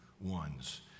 ones